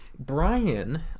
Brian